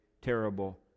terrible